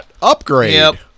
upgrade